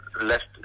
left